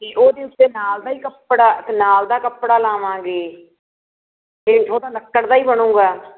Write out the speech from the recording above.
ਹਾਂਜੀ ਉਹਦੇ ਉੱਤੇ ਨਾਲ ਦਾ ਹੀ ਕੱਪੜਾ ਨਾਲ ਦਾ ਕੱਪੜਾ ਲਗਾਵਾਂਗੇ ਅਤੇ ਉਹਦਾ ਲੱਕੜ ਦਾ ਹੀ ਬਣੇਗਾ